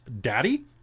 Daddy